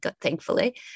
thankfully